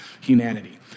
humanity